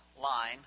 line